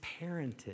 parented